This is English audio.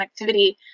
connectivity